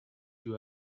you